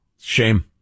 Shame